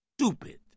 stupid